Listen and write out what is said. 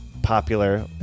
Popular